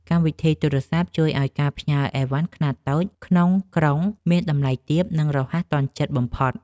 កម្មវិធីទូរសព្ទជួយឱ្យការផ្ញើឥវ៉ាន់ខ្នាតតូចក្នុងក្រុងមានតម្លៃទាប និងរហ័សទាន់ចិត្តបំផុត។